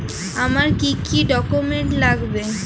আমার কি কি ডকুমেন্ট লাগবে?